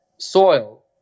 Soil